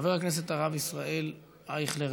חבר הכנסת הרב ישראל אייכלר,